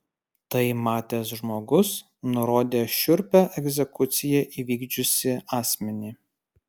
tai matęs žmogus nurodė šiurpią egzekuciją įvykdžiusį asmenį